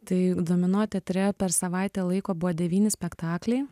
tai domino teatre per savaitę laiko buvo devyni spektakliai